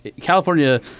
California